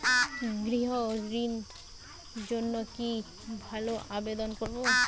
গৃহ ঋণ জন্য কি ভাবে আবেদন করব?